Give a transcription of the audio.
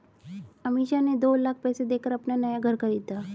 अमीषा ने दो लाख पैसे देकर अपना नया घर खरीदा